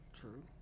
True